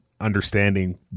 Understanding